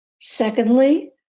Secondly